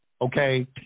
okay